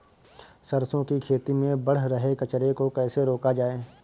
सरसों की खेती में बढ़ रहे कचरे को कैसे रोका जाए?